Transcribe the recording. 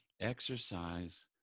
exercise